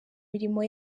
mirimo